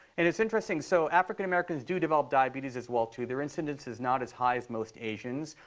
and it's interesting. so african americans do develop diabetes as well, too. their incidence is not as high as most asians.